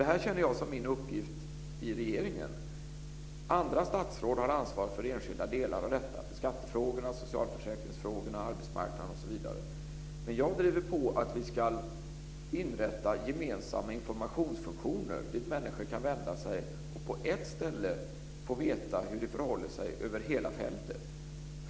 Det här känner jag som min uppgift i regeringen. Andra statsråd har ansvar för enskilda delar av detta, skattefrågorna, socialförsäkringsfrågorna, arbetsmarknadsfrågorna osv. Men jag driver på för att vi ska inrätta gemensamma informationsfunktioner dit människor kan vända sig och på ett ställe få veta hur det förhåller sig över hela fältet.